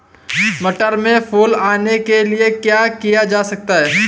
मटर में फूल आने के लिए क्या किया जा सकता है?